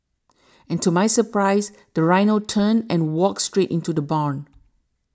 and to my surprise the rhino turned and walked straight into the barn